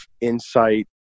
insight